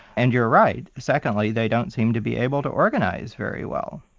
and you're right, secondly, they don't seem to be able to organise very well.